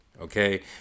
Okay